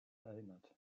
erinnert